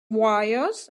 wires